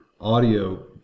audio